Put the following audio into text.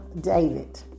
David